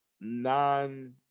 Non